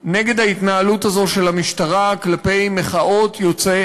נגד ההתנהלות הזו של המשטרה כלפי מחאות יוצאי